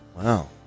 Wow